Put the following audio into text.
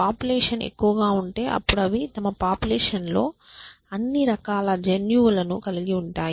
population ఎక్కువగా ఉంటే అప్పుడు అవి తమ పాపులేషన్ లో అన్ని రకాల జన్యువులను కలిగి ఉంటాయి